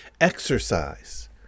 Exercise